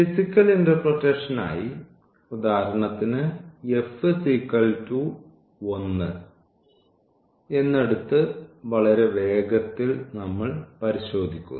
physical ഇന്റെർപ്രെറ്റേഷന് ആയി ഉദാഹരണത്തിന് f 1 എന്ന് എടുത്ത് വളരെ വേഗത്തിൽ നമ്മൾ പരിശോധിക്കുന്നു